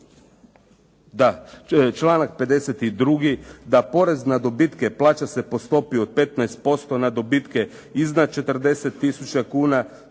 da porez na dobitke plaća se po stopi od 15% na dobitke iznad 40 tisuća